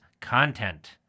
content